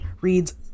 reads